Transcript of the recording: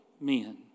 men